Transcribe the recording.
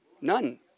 None